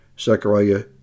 Zechariah